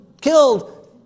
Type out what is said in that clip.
killed